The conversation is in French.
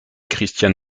christian